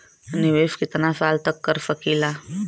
निवेश कितना साल तक कर सकीला?